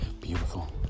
beautiful